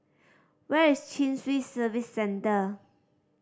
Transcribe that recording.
where is Chin Swee Service Centre